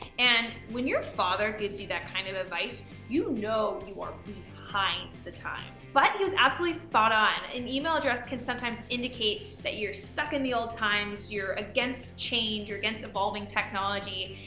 and when your father gives you that kind of advice you know you are behind the times. but he was absolutely spot-on, an email address can sometimes indicate that you're stuck in the old times, you're against change, you're against evolving technology.